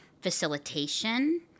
facilitation